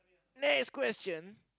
next question